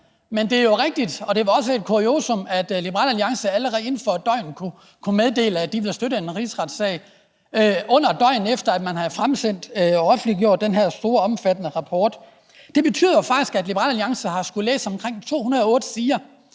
Men det er jo rigtigt – og det var også et kuriosum – at Liberal Alliance inden for 1 døgn kunne meddele, at de ville støtte en rigsretssag, altså under et døgn efter at man havde offentliggjort den her store rapport. Det betyder faktisk, at Liberal Alliance har skullet læse omkring 208 sider